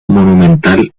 monumental